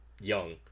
young